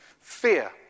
fear